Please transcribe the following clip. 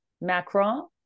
Macron